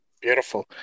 Beautiful